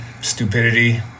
stupidity